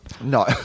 no